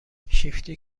شیفتی